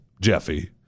Jeffy